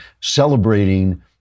celebrating